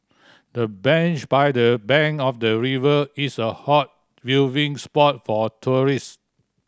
the bench by the bank of the river is a hot viewing spot for tourist